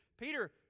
Peter